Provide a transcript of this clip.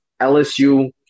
LSU